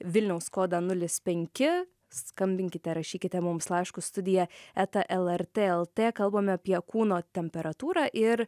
vilniaus kodą nulis penki skambinkite rašykite mums laiškus studija eta lrt lt kalbame apie kūno temperatūrą ir